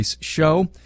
show